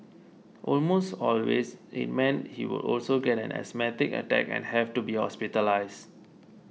almost always it meant he would also get an asthmatic attack and have to be hospitalised